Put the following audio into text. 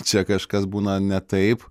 čia kažkas būna ne taip